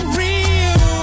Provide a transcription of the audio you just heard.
real